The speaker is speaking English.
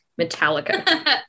metallica